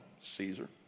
Caesar